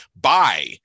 buy